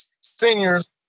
seniors